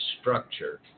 structure